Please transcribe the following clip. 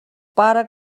бараг